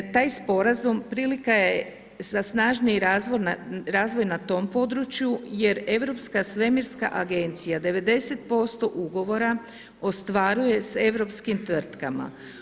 Taj sporazum prilika je za snažniji razvoj na tom području jer Europska svemirska agencija 90% ugovora ostvaruje s europskim tvrtkama.